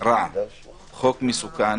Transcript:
חוק מסוכן